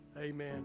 amen